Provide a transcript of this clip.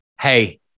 hey